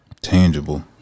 Tangible